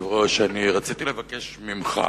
אדוני היושב-ראש, רציתי לבקש ממך,